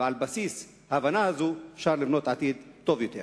ועל בסיס ההבנה הזאת אפשר לבנות עתיד טוב יותר.